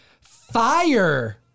Fire